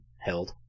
held